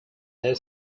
their